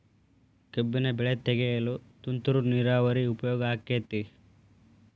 ಕಬ್ಬಿನ ಬೆಳೆ ತೆಗೆಯಲು ತುಂತುರು ನೇರಾವರಿ ಉಪಯೋಗ ಆಕ್ಕೆತ್ತಿ?